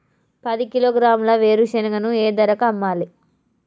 పది కిలోగ్రాముల వేరుశనగని ఏ ధరకు అమ్మాలి?